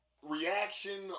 reaction